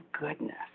goodness